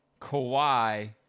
Kawhi